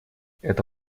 это